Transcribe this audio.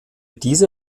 diese